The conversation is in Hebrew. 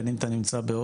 בין אם אתה נמצא בהודו,